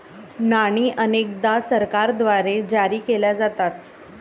नाणी अनेकदा सरकारद्वारे जारी केल्या जातात